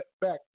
back